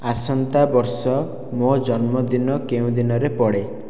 ଆସନ୍ତା ବର୍ଷ ମୋ' ଜନ୍ମଦିନ କେଉଁ ଦିନରେ ପଡ଼େ